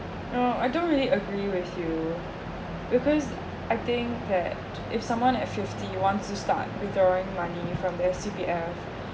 no I don't really agree with you because I think that if someone at fifty one should start withdrawing money from their C_P_F